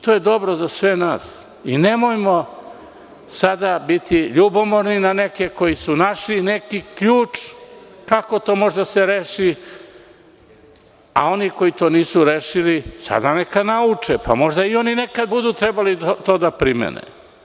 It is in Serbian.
To je dobro za sve nas i nemojmo sada biti ljubomorni na neke koji su našli neki ključ kako to može da se reši, a oni koji to nisu rešili sada neka nauče, pa možda i oni nekad budu trebali to da primene.